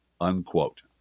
unquote